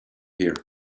here